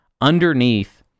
underneath